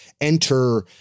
enter